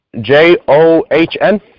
J-O-H-N